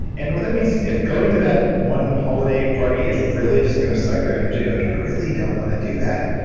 and what that means is if going to that one holiday party is really just going to suck your energy like i really don't want to do that,